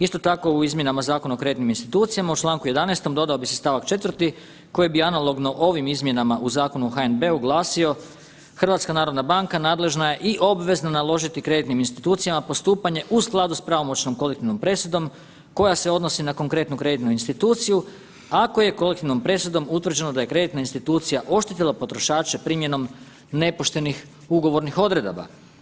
Isto tako u izmjenama Zakona o kreditnim institucijama u čl. 11. dodao bih si st. 4. koji bi analogno ovim izmjenama u Zakonu o HNB-u glasio, HNB nadležna je i obvezno naložiti kreditnim institucijama postupanje u skladu s pravomoćnom kolektivnom presudom koja se odnosi na konkretnu kreditnu instituciju ako je kolektivnom presudom utvrđeno da je kreditna institucija oštetila potrošače primjenom nepoštenih ugovornih odredaba.